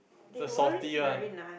the salty one